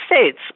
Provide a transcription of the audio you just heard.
States